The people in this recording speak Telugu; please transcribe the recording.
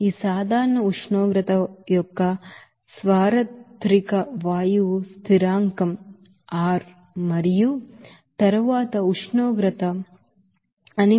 ఈ సాధారణ ఉష్ణోగ్రత యొక్క యూనివర్సల్ గ్యాస్ కాన్స్టాంట్సార్వత్రిక వాయువు స్థిరాంకం R మరియు తరువాత ఉష్ణోగ్రత అని మీకు తెలుసు